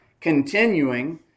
continuing